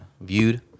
viewed